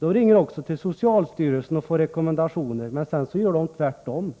ringer också till socialstyrelsen och får rekommendationen, men sedan gör de tvärtom.